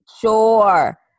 sure